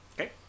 Okay